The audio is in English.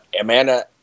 Amanda